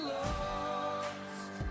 lost